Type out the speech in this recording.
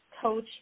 coach